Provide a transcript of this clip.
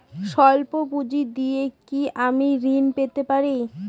সল্প পুঁজি দিয়ে কি আমি ঋণ পেতে পারি?